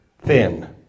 thin